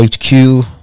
HQ